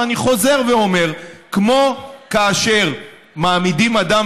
ואני חוזר ואומר: כמו שכאשר מעמידים אדם